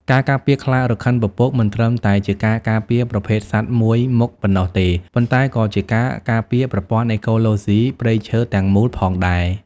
ការការពារខ្លារខិនពពកមិនត្រឹមតែជាការការពារប្រភេទសត្វមួយមុខប៉ុណ្ណោះទេ ប៉ុន្តែក៏ជាការ ការពារប្រព័ន្ធអេកូឡូស៊ីព្រៃឈើទាំងមូល ផងដែរ។